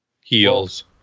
heels